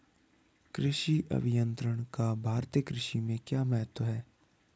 कृषि अभियंत्रण का भारतीय कृषि में क्या महत्व है?